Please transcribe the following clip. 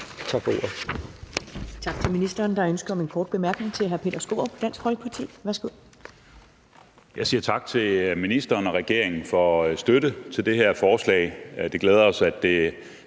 Tak for ordet.